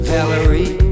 Valerie